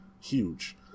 huge